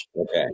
Okay